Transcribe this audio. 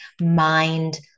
mind